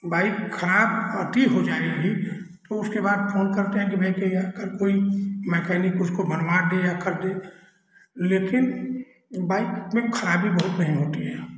bike खराब अति हो जाएगी तो उसके बाद फोन करते हैं कि भाई कहीं आकर कोई मैकेनिक उसको बनवा दे या कर दे लेकिन बाइक में खराबी बहुत नहीं होती है